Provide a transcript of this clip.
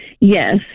Yes